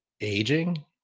aging